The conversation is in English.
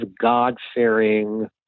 God-fearing